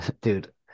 Dude